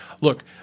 Look